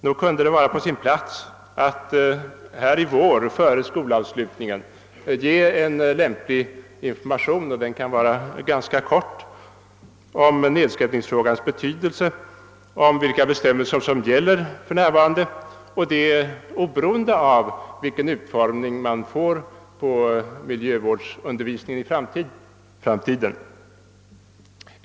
Nog kunde det vara på sin plats att i vår före skolavslutningen ge en lämplig information — den kunde vara ganska kort — om nedskräpningsfrågans betydelse och om vilka bestämmelser som för närvarande gäller, detta oberoende av vilken utformning miljövårdsundervisningen får i framtiden.